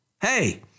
Hey